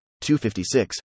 256